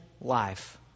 life